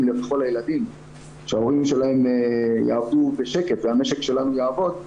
לכל הילדים שההורים שלהם יעבדו בשקט והמשק שלנו יעבוד,